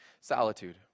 solitude